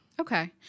Okay